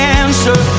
answer